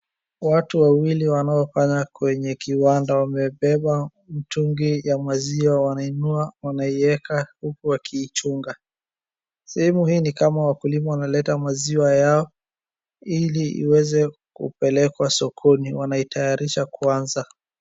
Watu wawili wanaofanya kwenye kiwanda wamebeba mtungi ya maziwa wanainua wanaiweka huku wakiichunga. Sehemu hii ni kama wakulima wanaleta maziwa yao ili iweze kupelekwa sokoni wanaitayarisha kwanza.